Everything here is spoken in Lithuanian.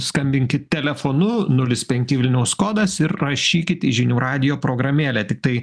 skambinkit telefonu nulis penki vilniaus kodas ir rašykit į žinių radijo programėlę tiktai